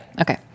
Okay